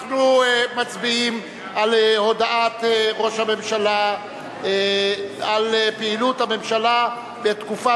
אנחנו מצביעים על הודעת ראש הממשלה על פעילות הממשלה בתקופה